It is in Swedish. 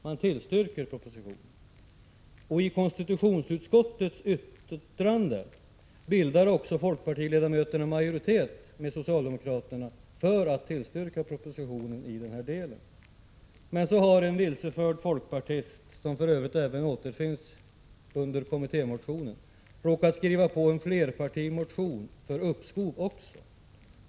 Man tillstyrker propositionen. I konstitutionsutskottets yttrande bildar fp-ledamöterna majoritet med socialdemokraterna för att tillstyrka propositionen i denna del. Men så har en vilseförd folkpartist — som för övrigt även återfinns i kommittémotionen — råkat skriva på även en flerpartimotion för uppskov.